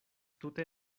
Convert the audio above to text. tute